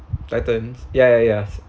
patterns ya ya ya